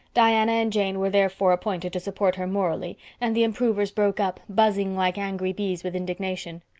diana and jane were therefore appointed to support her morally and the improvers broke up, buzzing like angry bees with indignation.